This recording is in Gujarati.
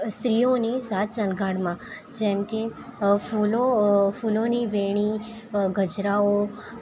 સ્ત્રીઓની સાજશણગારમાં જેમકે ફૂલો ફૂલોની વેણી ગજરાઓ